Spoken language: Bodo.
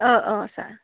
अ अ सार